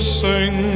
sing